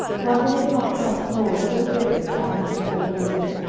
one dares not thus cause so great a scandal to all present,